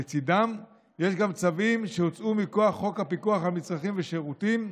לצידם יש גם צווים שהוצאו מכוח חוק הפיקוח על מצרכים ושירותים,